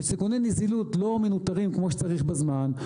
וסיכוני נזילות לא מנוטרים כמו שצריך בזמן,